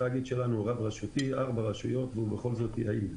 התאגיד שאני מוביל חולש על ארבע רשויות ובכל זאת הוא יעיל.